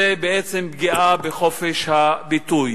מהווים פגיעה בחופש הביטוי.